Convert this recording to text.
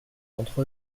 entre